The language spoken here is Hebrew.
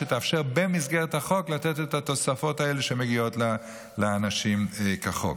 שתאפשר במסגרת החוק לתת את התוספות האלה שמגיעות לאנשים כחוק.